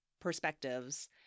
perspectives